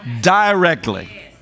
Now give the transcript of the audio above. Directly